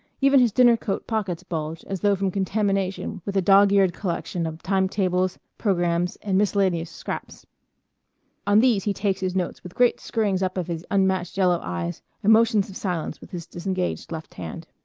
even his dinner coat pockets bulge, as though from contamination, with a dog-eared collection of time-tables, programmes, and miscellaneous scraps on these he takes his notes with great screwings up of his unmatched yellow eyes and motions of silence with his disengaged left hand.